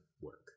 work